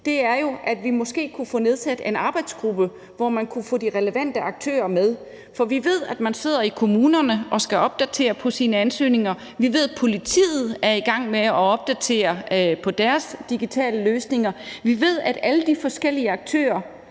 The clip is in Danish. er jo, at vi måske kunne få nedsat en arbejdsgruppe, hvor man kunne få de relevante aktører med. For vi ved, at man sidder i kommunerne og skal opdatere på sine ansøgninger, vi ved, at politiet er i gang med at opdatere på deres digitale løsninger, vi ved, at alle de forskellige aktører